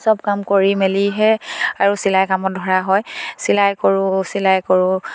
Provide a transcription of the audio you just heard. চব কাম কৰি মেলিহে আৰু চিলাই কামত ধৰা হয় চিলাই কৰোঁ চিলাই কৰোঁ